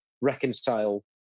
reconcile